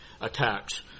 attacks